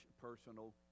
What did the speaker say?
personal